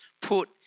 put